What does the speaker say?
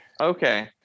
Okay